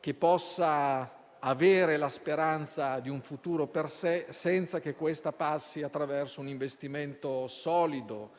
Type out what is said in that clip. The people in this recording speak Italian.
che possa avere la speranza di un futuro per sé, senza che questa passi attraverso un investimento solido,